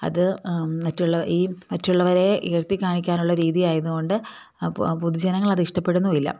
അത് മറ്റുള്ള ഈ മറ്റുള്ളവരെ ഇകഴ്ത്തി കാണിക്കാനുള്ള രീതി ആയതുകൊണ്ട് പൊതുജനങ്ങൾ അത് ഇഷ്ടപ്പെടുന്നില്ല